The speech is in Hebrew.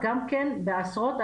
מפורט,